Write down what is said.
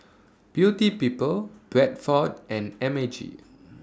Beauty People Bradford and M A G